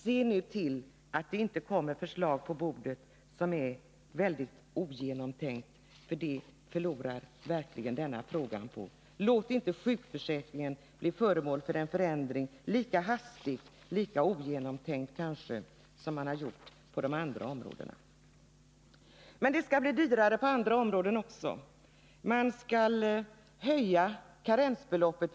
Se nu till att det återigen inte läggs fram ett förslag som är ogenomtänkt, för det förlorar verkligen den här frågan på, och låt inte sjukförsäkringen bli föremål för en förändring lika hastigt och lika ogenomtänkt som blivit fallet när det gäller de andra områdena vi diskuterar i dag. Men det skall bli dyrare också på andra områden.